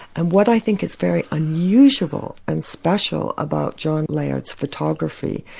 and what i think is very unusual and special about john layard's photography,